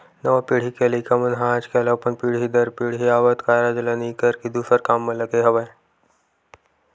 नवा पीढ़ी के लइका मन ह आजकल अपन पीढ़ी दर पीढ़ी आवत कारज ल नइ करके दूसर काम म लगे हवय